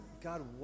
God